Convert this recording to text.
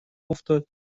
افتاد